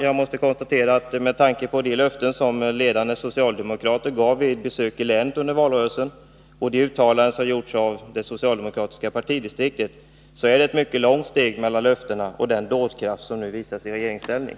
Jag måste konstatera att med tanke på de löften som ledande socialdemokrater gav vid besök i länet under valrörelsen och de uttalanden som gjorts av det socialdemokratiska partidistriktet så är det ett mycket långt steg mellan löftena och den dådkraft som nu visas i regeringsställning.